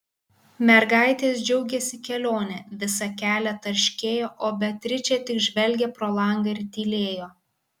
mergaitės džiaugėsi kelione visą kelią tarškėjo o beatričė tik žvelgė pro langą ir tylėjo